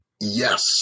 Yes